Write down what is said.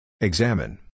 Examine